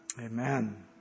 Amen